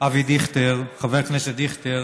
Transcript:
אבי דיכטר, חבר הכנסת דיכטר,